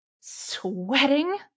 sweating